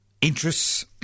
interests